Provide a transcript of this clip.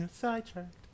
sidetracked